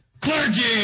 Clergy